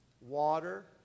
water